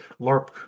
LARP